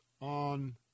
on